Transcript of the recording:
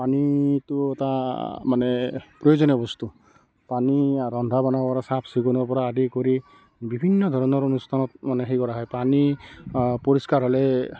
পানীটো এটা মানে প্ৰয়োজনীয় বস্তু পানী ৰন্ধা মানুহৰ চাফ চিকুণৰ পৰা আদি কৰি বিভিন্ন ধৰণৰ অনুষ্ঠানত মানে হেৰি কৰা হয় পানী পৰিষ্কাৰ হ'লে